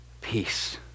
peace